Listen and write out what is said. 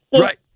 Right